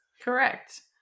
Correct